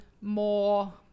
more